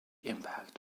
impact